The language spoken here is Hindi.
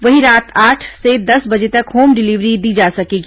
वहीं रात आठ से दस बजे तक होम डिलीवरी दी जा सकेगी